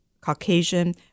caucasian